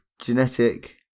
genetic